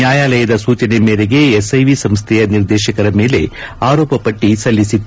ನ್ಯಾಯಾಲಯದ ಸೂಚನೆ ಮೇರೆಗೆ ಎಸ್ಐವಿ ಸಂಸ್ಥೆಯ ನಿರ್ದೇಶಕರ ಮೇಲೆ ಆರೋಪ ಪಟ್ಟಿ ಸಲ್ಲಿಸಿತ್ತು